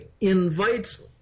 invites